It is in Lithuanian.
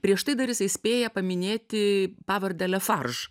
prieš tai dar jisai spėja paminėti pavardę lefarš